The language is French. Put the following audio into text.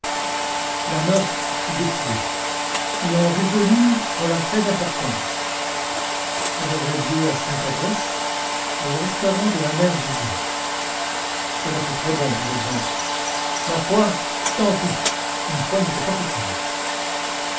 la noce fut décidée et on résolut qu'on la ferait d'importance elle aurait lieu à sainte adresse au restaurant de la mère jusa cela coûterait bon par exemple ma foi tant pis une fois n'était pas coutume